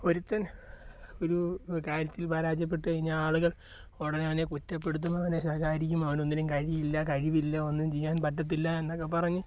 ഒരുത്തൻ ഒരു കാര്യത്തിൽ പരാജയപ്പെട്ടു കഴിഞ്ഞാൽ ആളുകൾ ഒടനെ അവനെ കുറ്റപ്പെടുത്തുന്നതിനു ശേഷമായിരിക്കും അവനൊന്നിനും കഴിയില്ല കഴിവില്ല ഒന്നും ചെയ്യാൻ പറ്റത്തില്ല എന്നൊക്കെ പറഞ്ഞ്